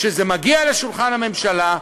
כשזה מגיע לשולחן הממשלה,